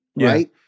right